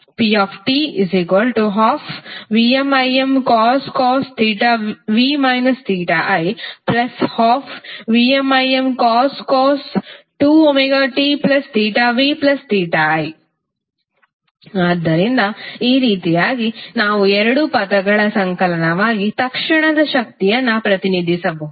pt12VmImcos v i 12VmImcos 2tvi ಆದ್ದರಿಂದ ಈ ರೀತಿಯಾಗಿ ನಾವು ಎರಡು ಪದಗಳ ಸಂಕಲನವಾಗಿ ತಕ್ಷಣದ ಶಕ್ತಿಯನ್ನು ಪ್ರತಿನಿಧಿಸಬಹುದು